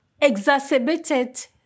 exacerbated